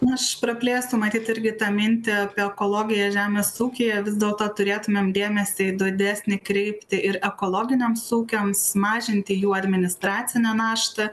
aš praplėsiu matyt irgi tą mintį apie ekologiją žemės ūkyje vis dėlto turėtumėm dėmesį didesnį kreipti ir ekologiniams ūkiams mažinti jų administracinę naštą